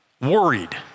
Worried